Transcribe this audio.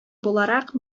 буларак